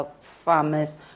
Farmers